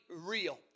real